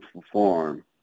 perform